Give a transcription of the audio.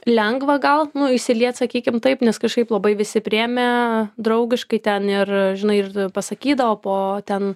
lengva gal nu įsiliet sakykim taip nes kažkaip labai visi priėmė draugiškai ten ir žinai ir pasakydavo po ten